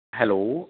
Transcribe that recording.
hello